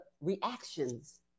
reactions